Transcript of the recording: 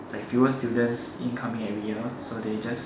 like fewer students incoming every year so they just